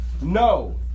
No